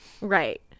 Right